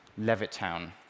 Levittown